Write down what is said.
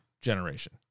generation